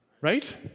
Right